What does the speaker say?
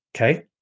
Okay